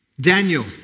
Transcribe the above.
Daniel